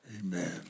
Amen